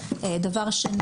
דבר שני,